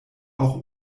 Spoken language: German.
auch